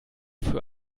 für